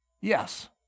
Yes